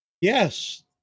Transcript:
Yes